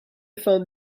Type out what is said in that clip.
found